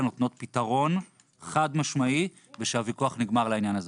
נותנות פתרון חד משמעי ושהוויכוח נגמר לעניין הזה.